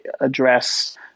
address